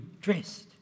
dressed